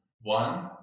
One